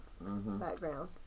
background